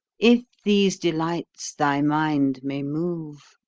if these delights thy mind may move,